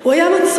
הוא היה מצוי,